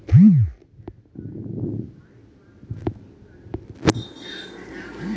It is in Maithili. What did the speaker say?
की एक बीघा जमीन धारक वा बटाईदार कोनों सरकारी योजनाक लाभ प्राप्त कऽ सकैत छैक?